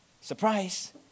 Surprise